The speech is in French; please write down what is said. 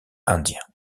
indien